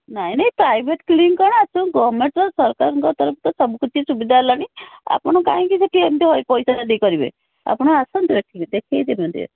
ନାହିଁ ନାହିଁ private clinic କ'ଣ ଏ ସବୁ ଗଭର୍ଣ୍ଣମେଣ୍ଟ ତ ସରକାରଙ୍କ ତରଫରୁ ସବୁ କିଛି ସୁବିଧା ହେଲାଣି ଆପଣ କାହିଁକି ସେଠି ଏମିତି ପଇସା ଦେଇକି କରିବେ ଆପଣ ଆସନ୍ତୁ ଏଠିକି ଦେଖାଇ